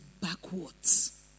backwards